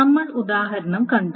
നമ്മൾ ഉദാഹരണം കണ്ടു